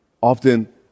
often